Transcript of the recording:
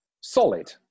solid